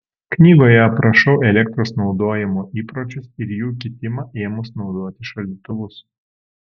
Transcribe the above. knygoje aprašau elektros naudojimo įpročius ir jų kitimą ėmus naudoti šaldytuvus